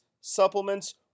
Supplements